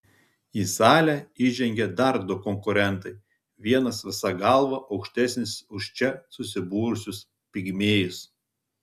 į salę įžengia dar du konkurentai vienas visa galva aukštesnis už čia susibūrusius pigmėjus